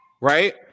right